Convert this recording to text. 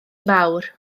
mawr